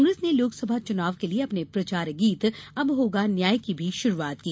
कांग्रेस ने लोकसभा चुनाव के लिए अपने प्रचार गीत अब होगा न्याय की भी शुरूआत की